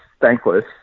thankless